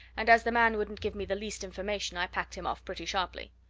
and as the man wouldn't give me the least information i packed him off pretty sharply.